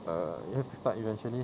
err you have to start eventually